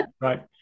right